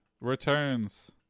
returns